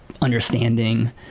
understanding